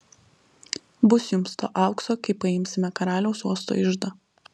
bus jums to aukso kai paimsime karaliaus uosto iždą